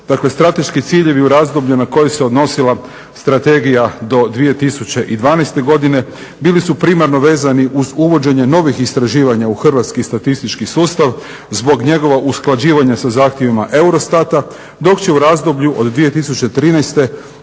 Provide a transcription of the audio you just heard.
Dakle, strateški ciljevi u razdoblju na koje se odnosila strategija do 2012. godine bili su primarno vezani uz uvođenje novih istraživanja u hrvatski statistički sustav zbog njegova usklađivanja sa zahtjevima EUROSTAT-a dok će u razdoblju od 2013. do